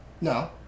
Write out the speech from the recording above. No